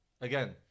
Again